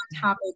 topic